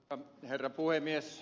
arvoisa herra puhemies